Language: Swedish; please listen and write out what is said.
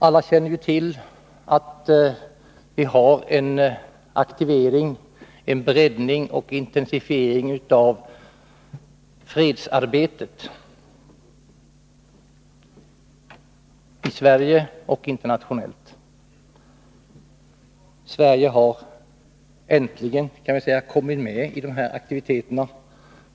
Alla känner ju till att vi har fått en aktivering, en breddning och en intensifiering av fredsarbetet, både i Sverige och internationellt. Sverige har äntligen kommit med i de här aktiviteterna.